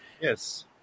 Yes